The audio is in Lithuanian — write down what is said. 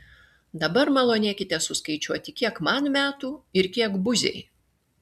dabar malonėkite suskaičiuoti kiek man metų ir kiek buziai